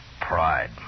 pride